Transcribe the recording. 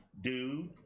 Dude